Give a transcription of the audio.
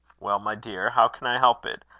well, my dear, how can i help it?